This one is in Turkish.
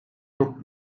çok